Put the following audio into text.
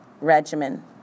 regimen